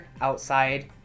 outside